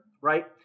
right